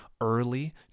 early